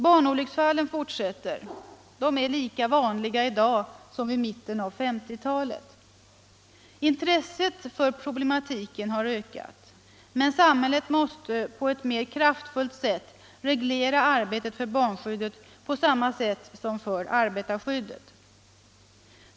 Barnolycksfallen fortsätter. De är lika vanliga i dag som vid mitten av 1950-talet. Intresset för problematiken har ökat. Men samhället måste på ett mer kraftfullt sätt reglera arbetet för barnskyddet på samma sätt som för arbetarskyddet.